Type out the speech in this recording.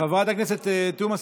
חברת הכנסת תומא סלימאן,